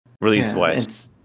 release-wise